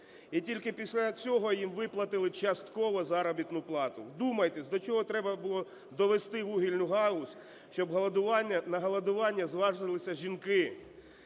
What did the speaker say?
І тільки після цього їм виплатили частково заробітну плату. Вдумайтесь, до чого треба було довести вугільну галузь, щоб на голодування зважилися жінки.